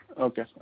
okay